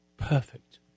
perfect